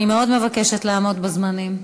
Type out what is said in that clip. אני מאוד מבקשת לעמוד בזמנים.